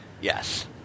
Yes